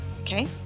okay